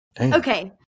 Okay